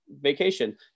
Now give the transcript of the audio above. vacation